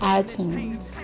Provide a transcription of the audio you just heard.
iTunes